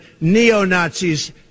neo-Nazis